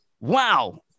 Wow